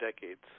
decades